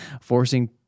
forcing